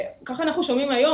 ככה אנחנו שומעים היום,